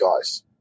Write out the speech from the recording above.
guys